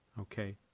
Okay